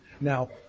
Now